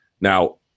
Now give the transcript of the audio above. Now